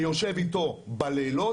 ויושב איתו בלילות,